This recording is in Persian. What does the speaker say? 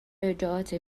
ارجاعات